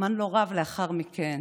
זמן לא רב לאחר מכן